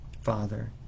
Father